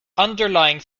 underlying